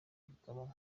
rukaba